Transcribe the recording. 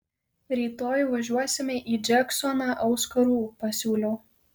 rytoj važiuosime į džeksoną auskarų pasiūlau